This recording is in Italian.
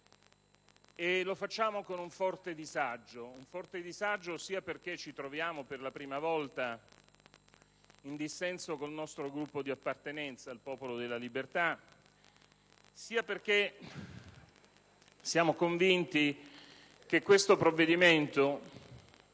entrambi con un forte disagio sia perché ci troviamo per la prima volta in dissenso dal nostro Gruppo di appartenenza, il Popolo della Libertà, sia perché siamo convinti che il provvedimento